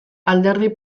alderdi